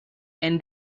and